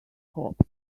cops